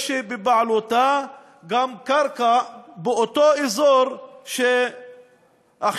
יש בבעלותה גם קרקע באותו אזור שעכשיו